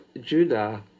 Judah